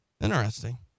Interesting